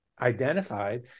identified